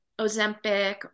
Ozempic